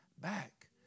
back